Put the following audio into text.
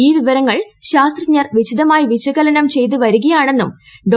ഈ വിവരങ്ങൾ ശാസ്ത്രജ്ഞർ വിശദമായി വിശകലനം ചെയ്ത് വരികയാണെന്നും ഡോ